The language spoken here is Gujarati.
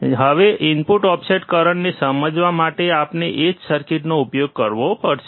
તો હવે ઇનપુટ ઓફસેટ કરંટને સમજવા માટે આપણે એ જ સર્કિટનો ઉપયોગ કરવો પડશે